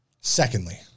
secondly